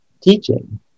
teaching